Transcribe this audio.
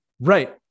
Right